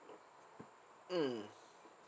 mm